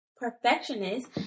Perfectionist